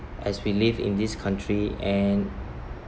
as we live in this country and